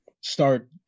start